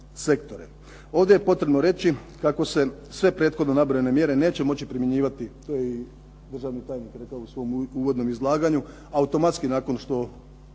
Ovdje je potrebno reći kako se sve prethodno nabrojane mjere neće moći primjenjivati, to je i državni tajnik rekao u svom uvodnom izlaganju, automatski nakon što